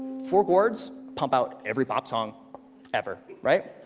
four chords pump out every pop song ever, right?